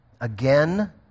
again